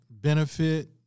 benefit